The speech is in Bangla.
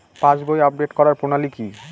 পাসবই আপডেট করার প্রণালী কি?